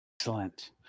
Excellent